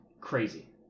Crazy